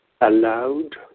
allowed